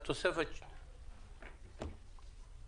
הצבעה אושר.